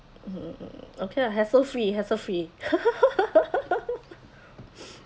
okay lah hassle free hassle free